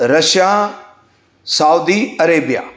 Russia Saudi Arabia